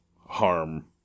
harm